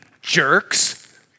jerks